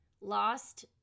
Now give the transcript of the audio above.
lost